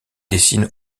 dessine